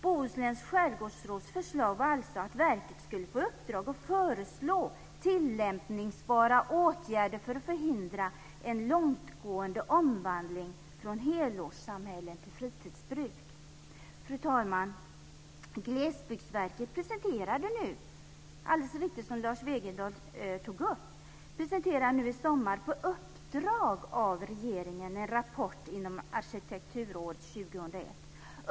Bohusläns skärgårdsråds förslag var alltså att verket skulle få i uppdrag att föreslå tillämpningsbara åtgärder för att förhindra en långtgående omvandling från helårssamhälle till ett samhälle för fritidsbruk. Fru talman! Glesbygdsverket presenterade nu i somras, precis som Lars Wegendal tog upp, på uppdrag av regeringen en rapport inom Arkitekturåret 2001.